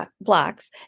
blocks